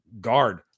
guard